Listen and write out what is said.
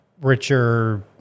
richer